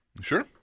Sure